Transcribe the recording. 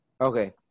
Okay